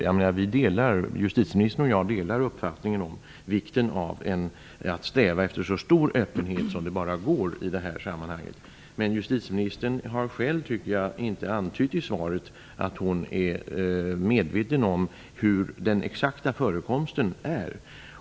Jag menar, justitieministern och jag delar uppfattningen om vikten av att sträva efter så stor öppenhet som det bara går i det här sammanhanget. Men justitieministern har själv, tycker jag, inte antytt i svaret att hon är medveten om den exakta förekomsten.